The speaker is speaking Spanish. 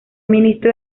ministro